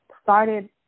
started